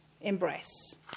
embrace